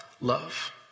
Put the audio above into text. love